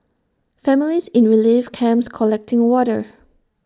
families in relief camps collecting water